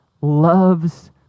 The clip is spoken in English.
loves